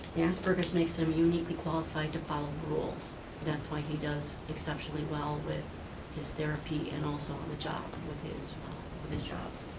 asperger's makes him uniquely qualified to follow rules, and that's why he does exceptionally well with his therapy and also on the job with his his jobs.